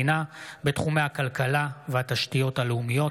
המדינה בתחומי הכלכלה והתשתיות הלאומיות.